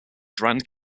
grande